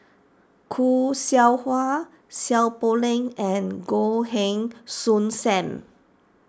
Khoo Seow Hwa Seow Poh Leng and Goh Heng Soon Sam